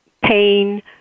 Pain